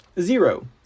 zero